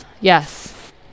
yes